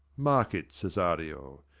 mark it, cesario,